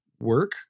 work